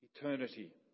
eternity